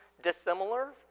dissimilar